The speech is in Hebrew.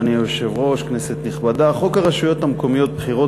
אני עובר להצעת החוק הבאה: הצעת חוק הרשויות המקומיות (בחירות)